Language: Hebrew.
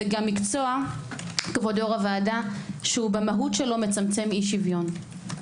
זה גם מקצוע שהוא במהותו מצמצם אי שוויון.